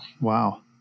Wow